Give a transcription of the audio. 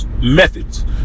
Methods